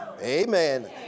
Amen